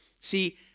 See